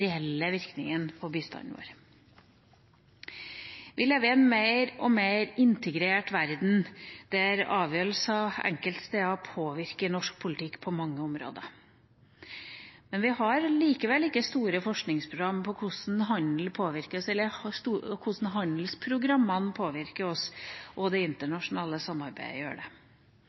reelle virkningene av bistanden vår. Vi lever i en mer og mer integrert verden, der avgjørelser og enkeltsteder påvirker norsk politikk på mange områder. Vi har likevel ikke store forskningsprogram om hvordan handelsprogrammene påvirker oss, og hvordan det internasjonale samarbeidet gjør det